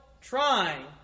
trying